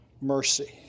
Mercy